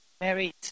married